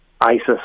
ISIS